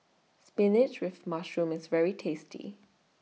Spinach with Mushroom IS very tasty